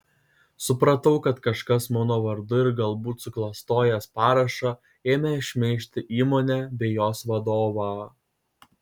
supratau kad kažkas mano vardu ir galbūt suklastojęs parašą ėmė šmeižti įmonę bei jos vadovą